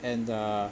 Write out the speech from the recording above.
and uh